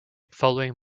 following